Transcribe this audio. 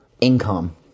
income